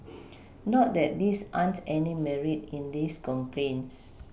not that there aren't any Merit in these complaints